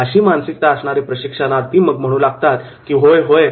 अशीच मानसिकता असणारे प्रशिक्षणार्थी मग म्हणू लागतात की 'हो